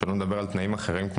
שלא נדבר על תנאים אחרים,